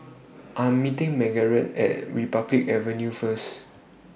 I Am meeting Margarett At Republic Avenue First